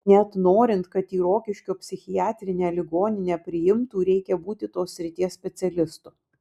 net norint kad į rokiškio psichiatrinę ligoninę priimtų reikia būti tos srities specialistu